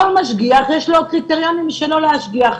לכל משגיח יש קריטריונים משלו להשגיח.